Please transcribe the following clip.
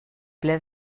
ple